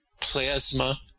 plasma